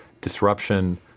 disruption